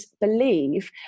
believe